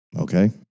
okay